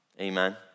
Amen